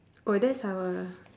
oh that's our